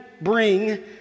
bring